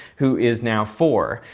who is now four,